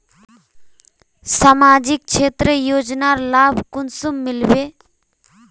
सामाजिक क्षेत्र योजनार लाभ कुंसम मिलबे?